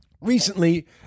recently